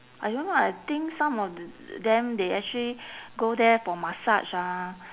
I don't know I think some of th~ them they actually go there for massage ah